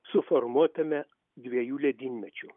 suformuotame dviejų ledynmečių